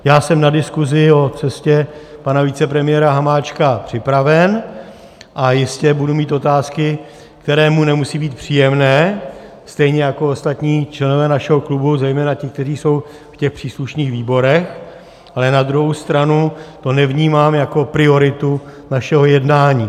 Já jsem na diskuzi o cestě pana vicepremiéra Hamáčka připraven a jistě budu mít otázky, které mu nemusí být příjemné, stejně jako ostatní členové našeho klubu, zejména ti, kteří jsou v těch příslušných výborech, ale na druhou stranu to nevnímám jako prioritu našeho jednání.